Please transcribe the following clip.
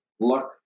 Luck